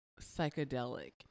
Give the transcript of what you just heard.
psychedelic